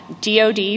DOD